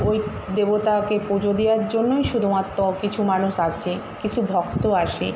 ওই দেবতাকে পুজো দেওয়ার জন্যই শুধুমাত্র কিছু মানুষ আসে কিছু ভক্ত আসে